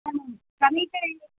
हा समीपे